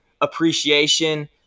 appreciation –